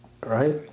right